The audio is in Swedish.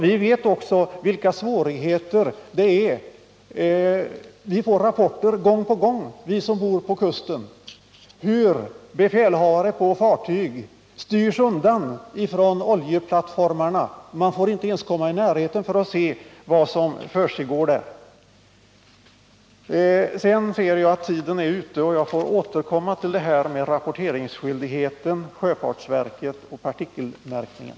Vi som bor på kusten får rapporter gång på gång om hur befälhavare på fartyg styrs undan från oljeplattformarna. Man får inte ens komma i närheten för att se vad som försiggår där. Jag ser att min taletid är ute, och jag får återkomma till detta med rapporteringsskyldigheten, sjöfartsverket och partikelmärkningen.